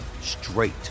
straight